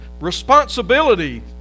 responsibility